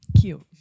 Cute